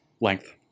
length